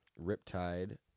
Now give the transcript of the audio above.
Riptide